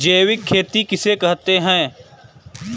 जैविक खेती किसे कहते हैं?